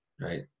right